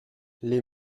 les